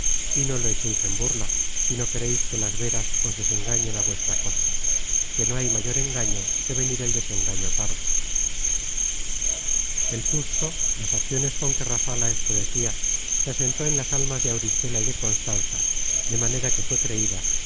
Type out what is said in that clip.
y no lo echeis en burla si no quereis que las véras os desengañen á vuestra costa que no hay mayor engaño que venir el desengaño tarde el susto las acciones con que rafala esto decia se asentó en las almas de auristela y de constanza de manera que fué creida